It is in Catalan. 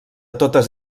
totes